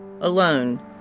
alone